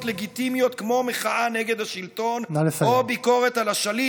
לגיטימיות כמו מחאה נגד השלטון או ביקורת על השליט,